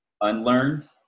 unlearned